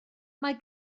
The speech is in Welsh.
mae